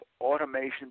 Automation